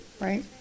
right